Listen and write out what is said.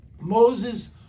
Moses